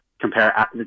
compare